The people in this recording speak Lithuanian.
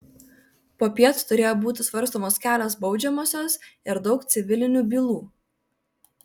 popiet turėjo būti svarstomos kelios baudžiamosios ir daug civilinių bylų